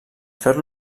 fer